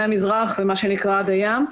מהמזרח עד הים.